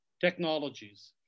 technologies